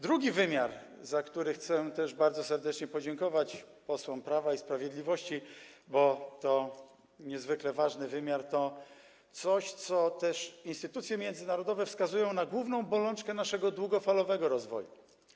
Drugi wymiar, za który chcę też bardzo serdecznie podziękować posłom Prawa i Sprawiedliwości, bo to też jest niezwykle ważny wymiar, to coś, co instytucje międzynarodowe wskazują jako główną bolączkę naszego długofalowego rozwoju.